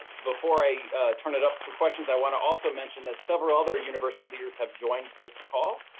before i turn it up for questions, i want to also mention that several other university leaders have joined this call.